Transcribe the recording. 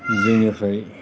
जोंनिफ्राय